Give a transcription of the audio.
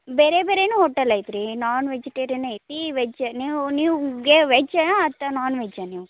ಬೇರೆ ಬೇರೆಯೂ ಹೋಟೆಲ್ ಐತ್ರಿ ನಾನ್ ವೆಜಿಟೇರಿಯನ್ ಐತೀ ವೆಜ್ ನೀವು ನೀವಾಗೆ ವೆಜ್ಜಾ ಅತ ನಾನ್ ವೆಜ್ಜ ನೀವು